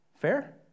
Fair